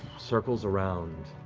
circles around,